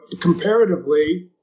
comparatively